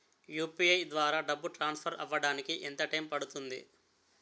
UPI ద్వారా డబ్బు transfer అవ్వడానికి ఎంత టైం పడుతుంది?